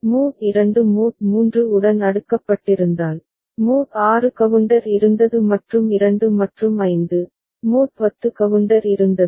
mode 2 mod 3 உடன் அடுக்கப்பட்டிருந்தால் mod 6 counter இருந்தது மற்றும் 2 மற்றும் 5 மோட் 10 கவுண்டர் இருந்தது